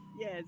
Yes